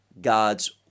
god's